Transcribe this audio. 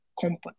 company